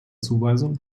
zuweisung